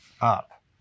up